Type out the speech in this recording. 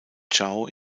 chao